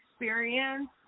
experience